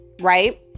right